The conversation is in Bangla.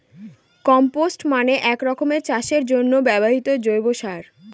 কম্পস্ট মানে এক রকমের চাষের জন্য ব্যবহৃত জৈব সার